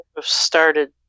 started